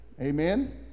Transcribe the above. Amen